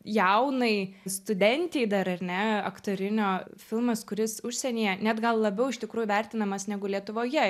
jaunai studentei dar ar ne aktorinio filmas kuris užsienyje net gal labiau iš tikrųjų vertinamas negu lietuvoje